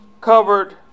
covered